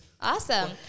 Awesome